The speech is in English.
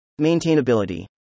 maintainability